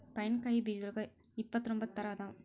pine ಕಾಯಿ ಬೇಜದೋಳಗ ಇಪ್ಪತ್ರೊಂಬತ್ತ ತರಾ ಅದಾವ